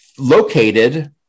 located